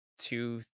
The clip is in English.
Two